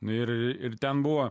ir ten buvo